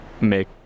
make